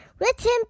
Written